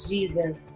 Jesus